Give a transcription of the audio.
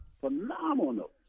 phenomenal